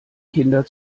kinder